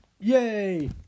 Yay